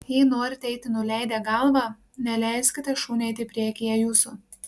jei norite eiti nuleidę galvą neleiskite šuniui eiti priekyje jūsų